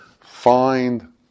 find